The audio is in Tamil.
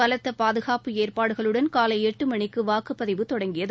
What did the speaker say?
பலத்த பாதுகாப்பு ஏற்பாடுகளுடன் காலை எட்டு மணிக்கு வாக்குப்பதிவு தொடங்கியது